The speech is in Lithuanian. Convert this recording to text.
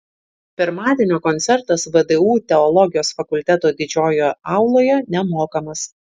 pirmadienio koncertas vdu teologijos fakulteto didžiojoje auloje nemokamas